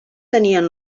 tenien